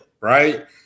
right